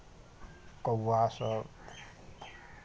कौआसभ